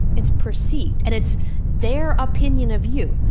it's perceived. and it's their opinion of you.